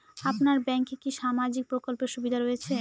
আপনার ব্যাংকে কি সামাজিক প্রকল্পের সুবিধা রয়েছে?